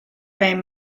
fame